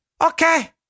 okay